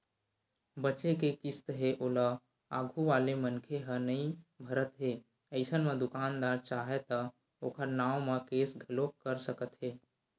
बचें के किस्त हे ओला आघू वाले मनखे ह नइ भरत हे अइसन म दुकानदार चाहय त ओखर नांव म केस घलोक कर सकत हे